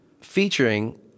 featuring